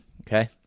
okay